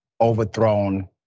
overthrown